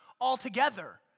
altogether